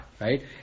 Right